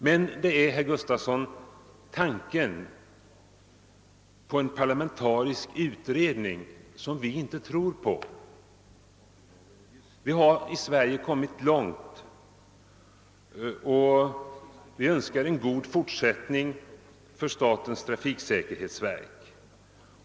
Men det är, herr Gustafson, tanken på en parlamentarisk utredning som vi inte tror på. Vi har i Sverige kommit långt, och vi önskar en god fortsättning för statens trafiksäkerhetsverk.